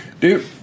Dude